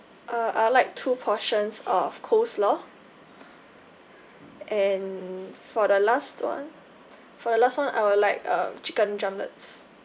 uh I'd like two portions of coleslaw and for the last [one] for the last [one] I would like um chicken drumlets